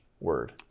word